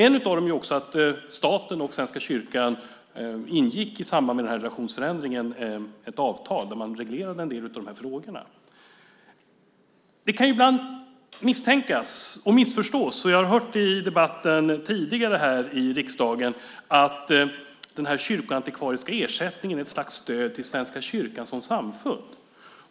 En skillnad är också att staten och Svenska kyrkan i samband med denna relationsförändring ingick ett avtal där man reglerade en del av dessa frågor. Det kan ibland misstänkas och missförstås, och jag har hört det i debatten tidigare här i riksdagen, att den kyrkoantikvariska ersättningen är ett slags stöd till Svenska kyrkan som samfund.